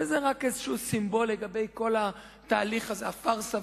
וזה רק איזשהו סימבול לגבי כל התהליך הזה, הפארסה.